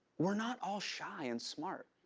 we're not all shy and smart.